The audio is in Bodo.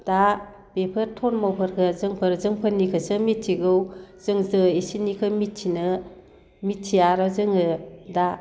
दा बेफोर धोरोमफोरखौ जोंफोरो जोंफोरनिखौसो मिथिगौ जोंथ' बिसोरनिखौ मिथिया आरो जोङो दा